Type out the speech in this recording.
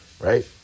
right